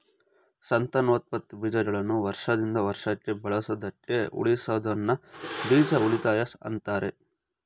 ಸಂತಾನೋತ್ಪತ್ತಿ ಬೀಜಗಳನ್ನು ವರ್ಷದಿಂದ ವರ್ಷಕ್ಕೆ ಬಳಸೋದಕ್ಕೆ ಉಳಿಸೋದನ್ನ ಬೀಜ ಉಳಿತಾಯ ಅಂತಾರೆ